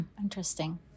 Interesting